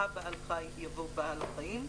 ה' באלול התש"ף,